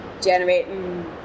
generating